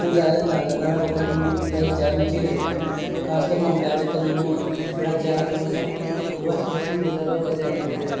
ज्यादा में जाना चाहन्ना में ओह् ट्रैकिंग मिगी ज्यादा स्हेई लग्गना ऐ खास कर माउंटएवरस्ट ते यू नाऊ बड़ा ज्यादा फैंमस ऐ ओह् एक्सपिरीसंय होई जाए ते और केह् चाहिदा बंदे गी